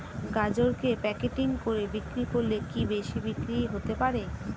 গাজরকে প্যাকেটিং করে বিক্রি করলে কি বেশি বিক্রি হতে পারে?